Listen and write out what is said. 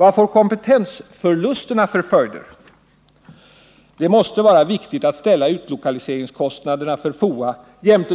Vad får kompetensförlusterna för följder? Det måste vara viktigt att ställa utlokaliseringskostnaderna för FOA jämte